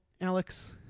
Alex